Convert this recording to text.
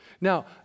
Now